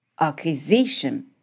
acquisition